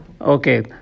Okay